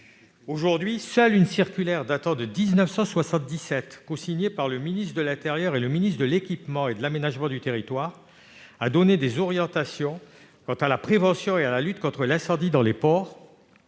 Aujourd'hui, seule une circulaire datant de 1977, cosignée par le ministre de l'intérieur et le ministre de l'équipement et de l'aménagement du territoire, donne des orientations en matière de prévention et de lutte contre les incendies dans les ports.